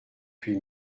huit